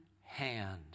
hand